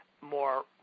more